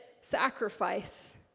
sacrifice